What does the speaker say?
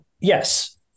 Yes